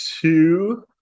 two